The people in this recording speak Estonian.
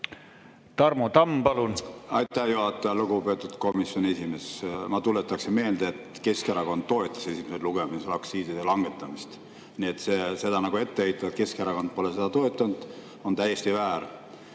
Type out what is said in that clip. Tarmo Tamm, palun! Aitäh, juhataja! Lugupeetud komisjoni esimees! Ma tuletaksin meelde, et Keskerakond toetas esimesel lugemisel aktsiiside langetamist. Nii et seda ette heita ja öelda, et Keskerakond ei ole seda toetanud, on täiesti väär.